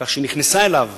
כך שנכנסה אליו